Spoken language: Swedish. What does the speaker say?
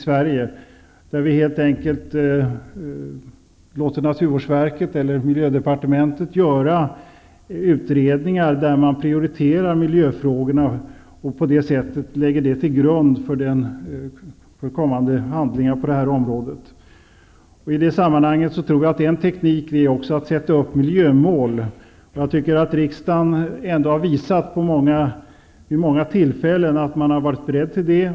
Vi kan helt enkelt låta naturvårdsverket eller miljödepartementet göra utredningar, där miljöfrågorna prioriteras och på det sättet läggs till grund för kommande handlingar på det här området. I det sammanhanget vill jag säga att jag tror att en teknik är att sätta upp miljömål. Jag tycker att riksdagen vid många tillfällen visat att man har varit beredd på det.